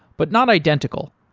but not identical.